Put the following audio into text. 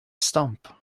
stump